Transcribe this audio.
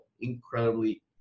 incredibly